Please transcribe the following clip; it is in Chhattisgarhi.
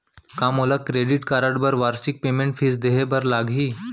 का मोला क्रेडिट कारड बर वार्षिक मेंटेनेंस फीस देहे बर लागही?